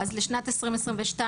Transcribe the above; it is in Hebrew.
אז לשנת 2022,